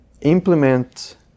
implement